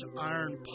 iron